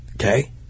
Okay